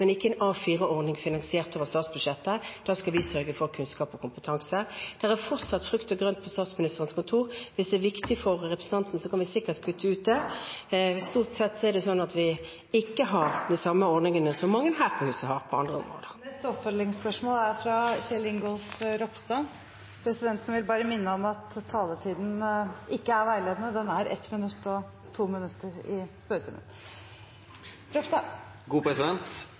ikke ha en A4-ordning som er finansiert over statsbudsjettet. Da vil vi heller sørge for kunnskap og kompetanse. Det er fortsatt frukt og grønt på Statsministerens kontor. Hvis det er viktig for representanten, kan vi sikkert kutte ut det. Vi har stort sett ikke de samme ordningene som mange her på huset har på andre områder. Presidenten vil minne om at taletiden ikke er veiledende. Den er 1 minutt eller 2 minutter i spørretimen. Kjell Ingolf Ropstad